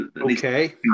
Okay